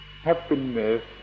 Happiness